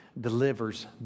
delivers